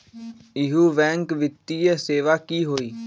इहु बैंक वित्तीय सेवा की होई?